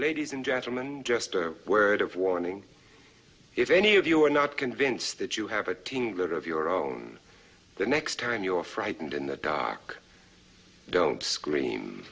ladies and gentlemen just a word of warning if any of you are not convinced that you have a team that of your own the next time you are frightened in the dark go scream